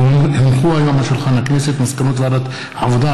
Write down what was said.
כי הונחו היום על שולחן הכנסת מסקנות ועדת העבודה,